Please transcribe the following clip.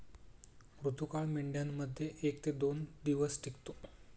ऋतुकाळ मेंढ्यांमध्ये एक ते दोन दिवस टिकतो